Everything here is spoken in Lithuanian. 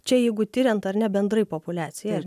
čia jeigu tiriant ar ne bendrai populiacijai